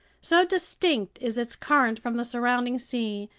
so distinct is its current from the surrounding sea,